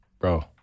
Bro